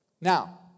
Now